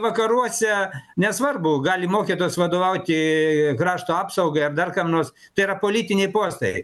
vakaruose nesvarbu gali mokytojas vadovauti krašto apsaugai ar dar kam nors tai yra politiniai postai